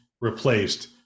replaced